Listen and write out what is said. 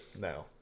No